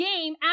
game